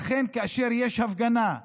לכן, כאשר יש הפגנה,